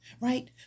right